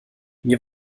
mir